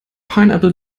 pineapple